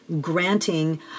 granting